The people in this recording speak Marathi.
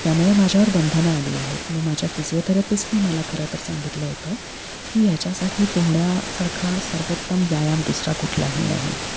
त्यामुळे माझ्यावर बंधनं आली आहेत मग माझ्या फिजिओथेरिपिस्टने मला खरं तर सांगितलं होतं की ह्याच्यासाठी पोहण्यासारखा सर्वोत्तम व्यायाम दुसरा कुठलाही नाही